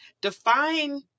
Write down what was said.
Define